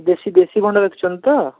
ଦେଶୀ ଦେଶୀ ଭଣ୍ଡା ରଖୁଛନ୍ତି ତ